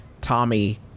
Tommy